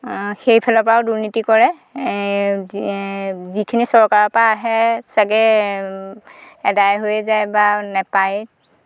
সেইফালৰপৰাও দুৰ্নীতি কৰে যিখিনি চৰকাৰৰপৰা আহে চাগে এদায় হৈ যায় বা নেপায়ে